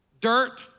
dirt